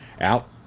out